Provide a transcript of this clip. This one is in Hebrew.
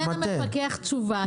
ייתן המפקח תשובה,